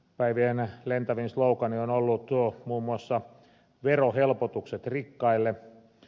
päivien lentävin slogaani on ollut muun muassa verohelpotukset rikkaille